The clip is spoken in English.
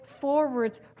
forwards